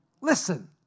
Listen